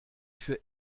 für